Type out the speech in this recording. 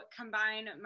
combine